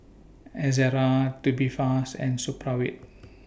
Ezerra Tubifast and Supravit